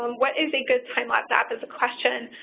um what is a good time lapse app? is the question.